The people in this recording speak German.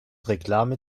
reklame